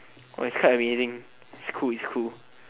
but it's quite amazing it's cool it's cool